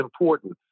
important